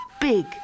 big